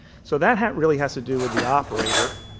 so that that really has to do with the operator,